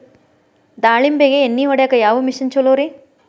ದಾಳಿಂಬಿಗೆ ಎಣ್ಣಿ ಹೊಡಿಯಾಕ ಯಾವ ಮಿಷನ್ ಛಲೋರಿ?